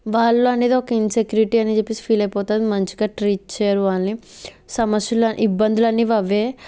వాళ్ళు అనేది ఒక ఇన్సెక్యూరిటీ అని చెప్పేసి ఫీల్ అయిపోతారు మంచిగా ట్రీట్ చెయ్యరు వాళ్ళని సమస్యలు అ ఇబ్బందులనేవి అవే